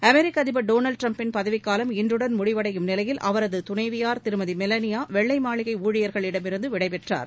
அமெிக்க அதிபர் டொனால்ட் ட்ரம்பின் பதவிக்காலம் இன்றுடன் முடிவடையும் நிலையில் அவரது துணைவியார் திருமதி மெலானியா வெள்ளை மாளிகை ஊழியர்களிடமிருந்து விடைப் பெற்றார்